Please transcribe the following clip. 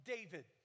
David